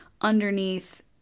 underneath